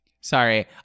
sorry